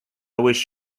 wish